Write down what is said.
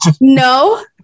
No